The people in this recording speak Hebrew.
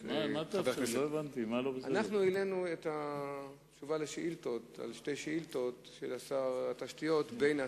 והלוואי על כל מי שיגיע לארץ.